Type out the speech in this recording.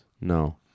No